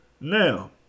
Now